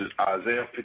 Isaiah